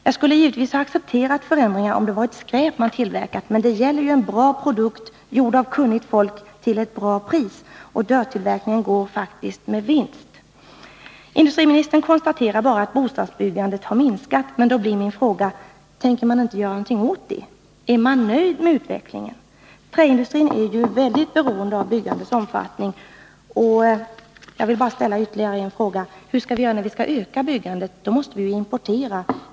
Jag skulle givetvis ha accepterat förändringar, om det varit skräp man tillverkat, men det gäller ju en bra produkt, gjord av kunnigt folk till ett bra pris. Dörrtillverkningen går faktiskt med vinst. Industriministern konstaterade bara att bostadsbyggandet har minskat i omfattning. Då blir min fråga: Tänker man inte göra någonting åt det? Är man nöjd med utvecklingen? Träindustrin är ju mycket beroende av byggandets omfattning. Jag vill bara ställa ytterligare en fråga: Hur skall vi göra när vi vill öka byggandet? Då måste vi ju importera.